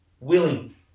willing